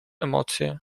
emocje